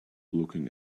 looking